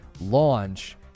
launch